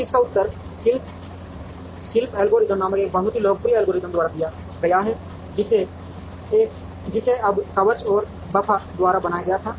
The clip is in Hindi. अब इसका उत्तर शिल्प एल्गोरिथ्म नामक एक बहुत ही लोकप्रिय एल्गोरिथ्म द्वारा दिया गया है जिसे अब कवच और बफ़ा द्वारा बनाया गया था